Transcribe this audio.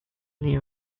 knew